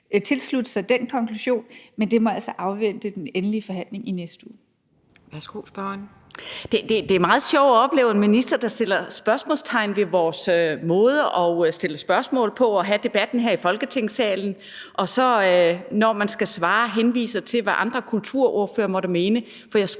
tilslutte sig den konklusion, men det må altså afvente den endelige forhandling i næste uge. Kl. 18:14 Anden næstformand (Pia Kjærsgaard): Værsgo, spørgeren. Kl. 18:14 Eva Kjer Hansen (V): Det er meget sjovt at opleve en minister, der sætter spørgsmålstegn ved vores måde at stille spørgsmål og have debatten på her i Folketinget, og når man skal svare, henviser man til, hvad andre kulturordførere måtte mene, for jeg